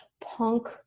punk